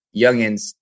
youngins